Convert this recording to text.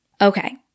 Okay